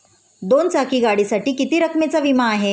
दोन चाकी गाडीसाठी किती रकमेचा विमा आहे?